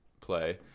play